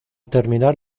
terminar